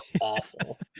awful